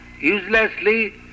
Uselessly